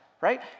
right